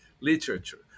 literature